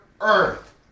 earth